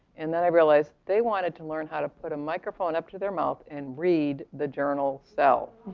and then i realized, they wanted to learn how to put a microphone up to their mouth and read the journal, cell.